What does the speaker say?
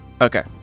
Okay